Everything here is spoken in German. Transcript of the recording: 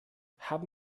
haben